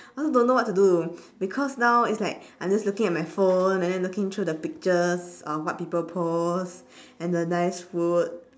I also don't know what to do because now it's like I'm just looking at my phone and then looking through the pictures of what people post and the nice food